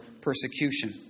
persecution